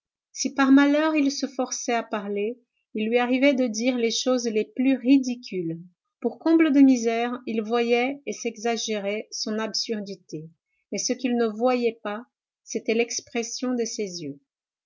si par malheur il se forçait à parler il lui arrivait de dire les choses les plus ridicules pour comble de misère il voyait et s'exagérait son absurdité mais ce qu'il ne voyait pas c'était l'expression de ses yeux